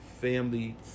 family